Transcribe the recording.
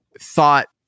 thought